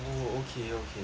oh okay okay